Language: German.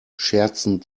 scherzen